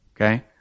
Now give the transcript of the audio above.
Okay